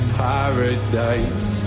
paradise